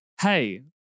Hey